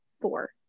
four